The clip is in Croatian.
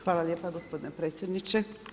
Hvala lijepa gospodine predsjedniče.